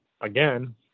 again